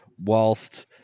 whilst